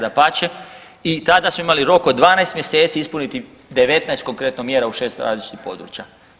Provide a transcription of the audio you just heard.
Dapače, i tada smo imali rok od 12 mjeseci ispuniti 19 konkretno mjera u 6 različitih područja.